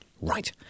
Right